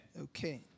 Okay